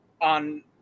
on